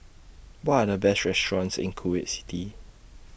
What Are The Best restaurants in Kuwait City